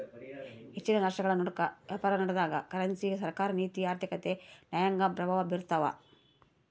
ಹೆಚ್ಚಿನ ರಾಷ್ಟ್ರಗಳನಡುಕ ವ್ಯಾಪಾರನಡೆದಾಗ ಕರೆನ್ಸಿ ಸರ್ಕಾರ ನೀತಿ ಆರ್ಥಿಕತೆ ನ್ಯಾಯಾಂಗ ಪ್ರಭಾವ ಬೀರ್ತವ